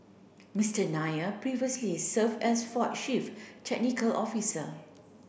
Mister Nair previously served as Ford chief technical officer